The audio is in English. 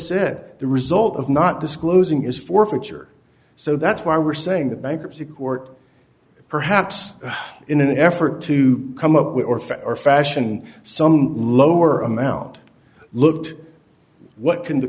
said the result of not disclosing is forfeiture so that's why we're saying the bankruptcy court perhaps in an effort to come up with or fair or fashion some lower amount looked what can the